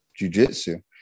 jujitsu